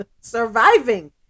surviving